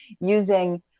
using